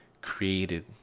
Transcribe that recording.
created